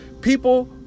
people